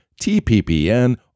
TPPN